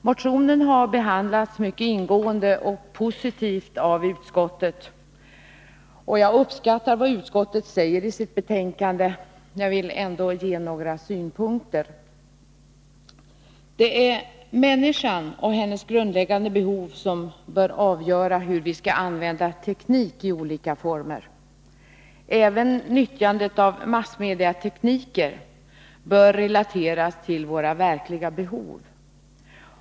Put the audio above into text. Motionen har behandlats mycket ingående och positivt av utskottet. Och jag uppskattar vad utskottet säger i sitt betänkande, men jag vill ändå ge några synpunkter. Det är människan och hennes grundläggande behov som bör avgöra hur vi skall använda teknik i olika former. Även nyttjandet av massmediatekniker bör relateras till våra verkliga behov.